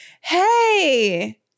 hey